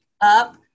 up